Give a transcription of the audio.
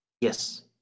Yes